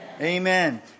Amen